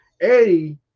Eddie